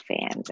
fans